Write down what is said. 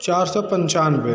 चार सौ पंचानवे